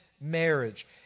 marriage